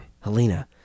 Helena